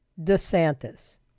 DeSantis